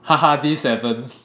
D seven